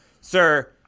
sir